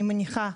אני מניחה,